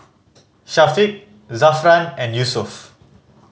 Syafiq Zafran and Yusuf